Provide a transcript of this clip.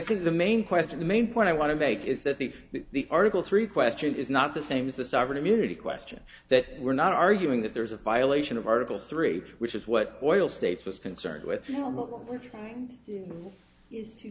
think the main question the main point i want to make is that the the article three question is not the same as the sovereign immunity question that we're not arguing that there is a violation of article three which is what oil states is concerned with you know what we're trying to d